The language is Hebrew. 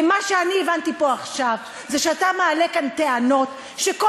ומה שהבנתי פה עכשיו זה שאתה מעלה כאן טענות שכל